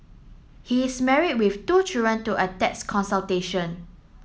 he is married with two children to a tax consultation